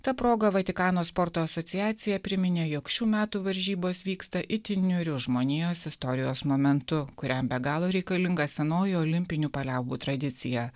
ta proga vatikano sporto asociacija priminė jog šių metų varžybos vyksta itin niūriu žmonijos istorijos momentu kuriam be galo reikalinga senoji olimpinių paliaubų tradicija